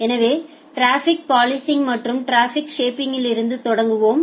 எனவே traffic policing மற்றும் traffic ஷேப்பிங்லிருந்து தொடங்குவோம்